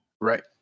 Right